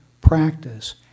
practice